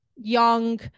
young